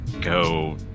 go